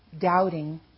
doubting